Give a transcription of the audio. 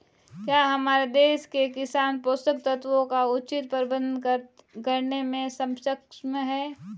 क्या हमारे देश के किसान पोषक तत्वों का उचित प्रबंधन करने में सक्षम हैं?